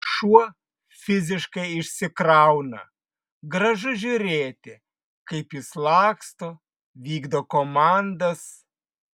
šuo fiziškai išsikrauna gražu žiūrėti kaip jis laksto vykdo komandas